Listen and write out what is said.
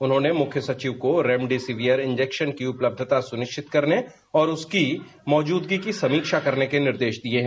उन्होंने मुख्य सचिव को रेमडोसिवियर इंजेक्शन की उपलब्धता सुनिश्चित करने और उसके मौजूदगी की समीक्षा करने के निर्देश दिए है